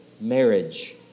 marriage